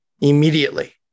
immediately